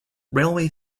railway